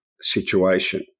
situation